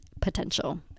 potential